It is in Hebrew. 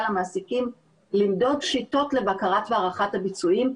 למעסיקים למדוד שיטות לבקרת והערכת הביצועים.